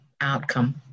outcome